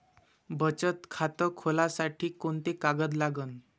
बचत खात खोलासाठी कोंते कागद लागन?